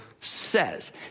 says